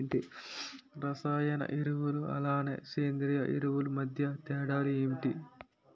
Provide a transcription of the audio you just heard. రసాయన ఎరువులు అలానే సేంద్రీయ ఎరువులు మధ్య తేడాలు ఏంటి?